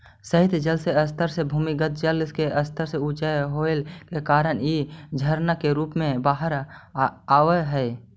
सतही जल के स्तर से भूमिगत जल के स्तर ऊँचा होवे के कारण इ झरना के रूप में बाहर आवऽ हई